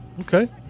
Okay